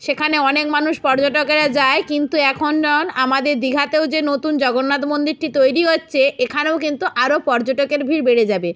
সেখানে অনেক মানুষ পর্যটকেরা যায় কিন্তু এখন যখন আমাদের দীঘাতেও যে নতুন জগন্নাথ মন্দিরটি তৈরি হচ্ছে এখানেও কিন্তু আরো পর্যটকের ভিড় বেড়ে যাবে